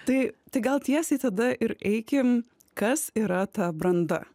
tai tik gal tiesiai tada ir eikim kas yra ta branda